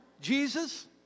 Jesus